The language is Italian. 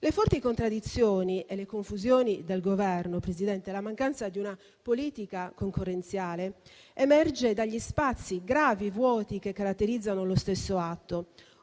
Le forti contraddizioni, le confusioni del Governo e la mancanza di una politica concorrenziale emergono dai gravi vuoti che caratterizzano lo stesso atto;